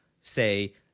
say